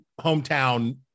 hometown